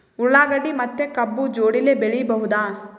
ಉಳ್ಳಾಗಡ್ಡಿ ಮತ್ತೆ ಕಬ್ಬು ಜೋಡಿಲೆ ಬೆಳಿ ಬಹುದಾ?